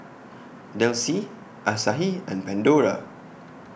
Delsey Asahi and Pandora